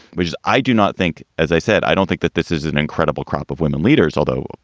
which is i do not think, as i said, i don't think that this is an incredible crop of women leaders, although,